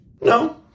No